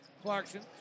Clarkson